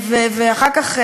אחר כך,